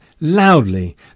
loudly